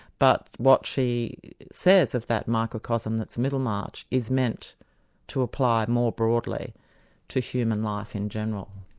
but what she says of that microcosm that's middlemarch is meant to apply more broadly to human life in general.